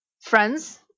friends